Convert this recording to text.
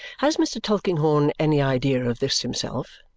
has mr. tulkinghorn any idea of this himself?